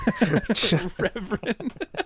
Reverend